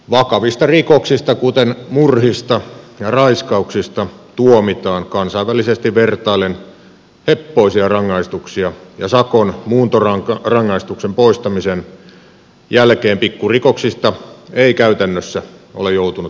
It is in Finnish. vakavista rikoksista kuten murhista ja raiskauksista tuomitaan kansainvälisesti vertaillen heppoisia rangaistuksia ja sakon muuntorangaistuksen poistamisen jälkeen pikkurikoksista ei käytännössä ole joutunut vastuuseen